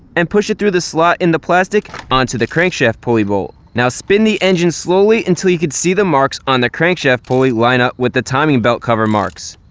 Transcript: and push it through the slot in the plastic onto the crankshaft pulley bolt. now spin the engine slowly until you can see the marks on the crankshaft pulley line up with the timing belt cover marks.